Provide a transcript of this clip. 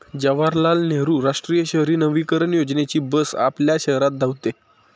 जवाहरलाल नेहरू राष्ट्रीय शहरी नवीकरण योजनेची बस आपल्या शहरात धावते